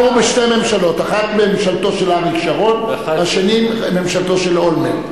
אחת ממשלתו של אריק שרון והשנייה ממשלתו של אולמרט.